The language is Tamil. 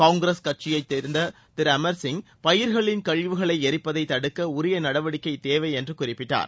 காங்கிரஸ் கட்சியை சேர்ந்த திரு அமர்சிய் பயிர்களின் கழிவுகளை எரிப்பதை தடுக்க உரிய நடவடிக்கை தேவை என்று குறிப்பிட்டார்